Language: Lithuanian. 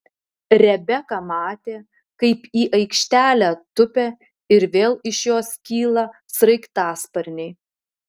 rebeka matė kaip į aikštelę tupia ir vėl iš jos kyla sraigtasparniai